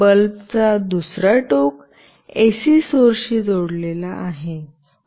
बल्बचा दुसरा टोक एसी सोर्सशी जोडलेला आहे